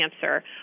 cancer